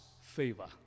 favor